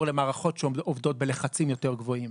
למערכות שעובדות בלחצים יותר גבוהים.